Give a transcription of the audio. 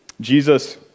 Jesus